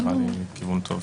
זה נראה לי כיוון טוב.